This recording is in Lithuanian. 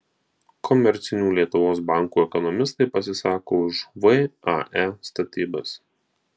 komercinių lietuvos bankų ekonomistai pasisako už vae statybas